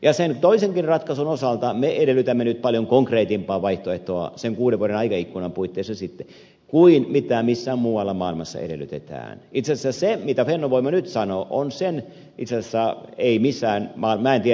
ja sen toisenkin ratkaisun osalta me edellytämme nyt paljon konkreettisempaa vaihtoehtoa sen kuuden vuoden aikaikkunan puitteissa sitten kuin missään muualla maailmassa edellytetään itsensä se mitä voimme nyt hän on sen itsessä ei missään maan äiti